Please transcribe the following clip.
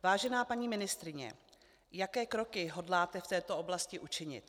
Vážená paní ministryně, jaké kroky hodláte v této oblasti učinit?